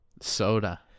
soda